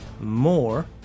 more